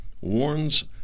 warns